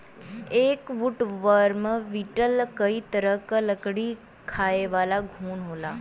एक woodworm beetle कई तरह क लकड़ी खायेवाला घुन होला